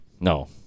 No